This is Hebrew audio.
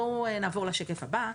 נעבור לשקף הבא.